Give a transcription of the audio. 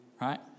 Right